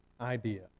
idea